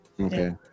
Okay